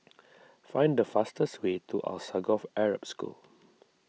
find the fastest way to Alsagoff Arab School